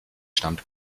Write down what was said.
stammt